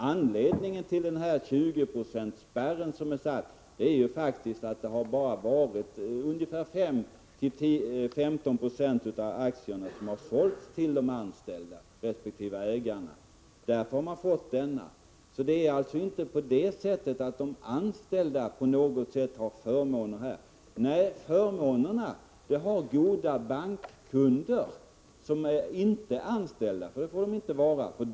Anledningen till 20 procentsspärren är faktiskt att endast ungefär 5-15 90 av aktierna har sålts till de anställda resp. ägarna. Det är således inte på det sättet att de anställda har några förmåner. Nej, förmånerna har goda bankkunder, som inte är anställda — det får de inte vara!